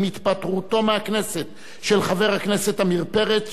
עם התפטרותו מהכנסת של חבר הכנסת עמיר פרץ,